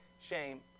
shame